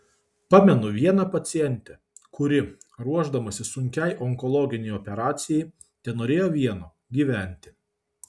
pamenu vieną pacientę kuri ruošdamasi sunkiai onkologinei operacijai tenorėjo vieno gyventi